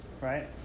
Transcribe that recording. right